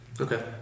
Okay